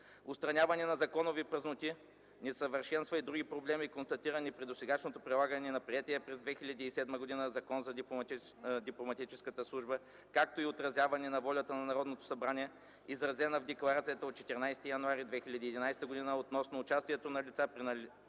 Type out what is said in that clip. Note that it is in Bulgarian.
отстраняване на законови празноти, несъвършенства и други проблеми, констатирани при досегашното прилагане на приетия през 2007 г. Закон за дипломатическата служба, както и отразяване на волята на Народното събрание, изразена в Декларацията от 14 януари 2011 г. относно участието на лица, принадлежали